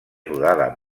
rodada